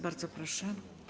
Bardzo proszę.